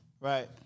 Right